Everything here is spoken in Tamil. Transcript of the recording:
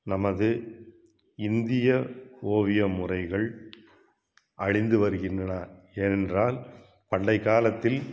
நமது இந்திய ஓவிய முறைகள் அழிந்து வருகின்றன என்றால் பண்டைக்காலத்தில்